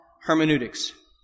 hermeneutics